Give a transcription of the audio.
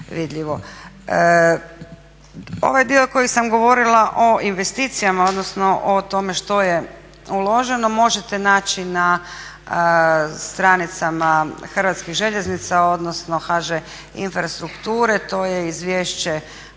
vidljivo. Ovaj dio koji sam govorila o investicijama, odnosno o tome što je uloženo možete naći na stranicama Hrvatskih željeznica, odnosno HŽ infrastrukture. To je izvješće